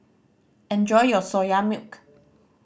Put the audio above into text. enjoy your Soya Milk